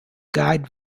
guide